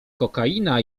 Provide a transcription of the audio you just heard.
kokaina